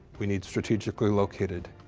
we need strategically located